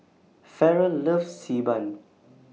Ferrell loves Xi Ban